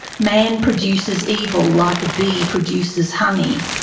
man produces evil like a bee produces honey.